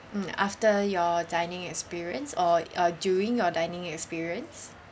mm after your dining experience or uh during your dining experience